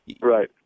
Right